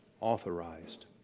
authorized